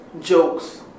jokes